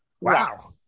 wow